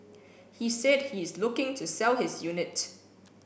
he said he is looking to sell his unit